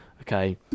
okay